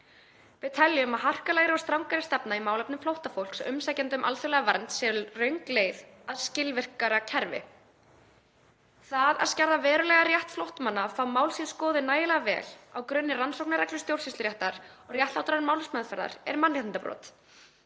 Við teljum að harkalegri og strangari stefna í málefnum flóttafólks og umsækjanda um alþjóðlega vernd sé röng leið að skilvirkara kerfi. Það að skerða verulega rétt flóttamanna [til] að fá mál sín skoðuð nægilega vel á grunni rannsóknarreglu stjórnsýsluréttar og réttlátrar málsmeðferðar, er mannréttindabrot.